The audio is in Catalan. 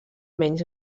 menys